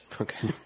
Okay